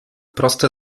proste